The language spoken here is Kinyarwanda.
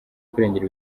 kurengera